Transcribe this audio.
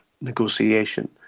negotiation